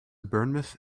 bournemouth